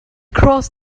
crossed